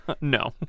No